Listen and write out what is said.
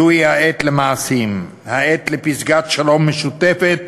זוהי העת למעשים, העת לפסגת שלום משותפת